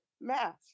math